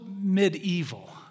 medieval